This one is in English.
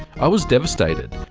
i was devastated.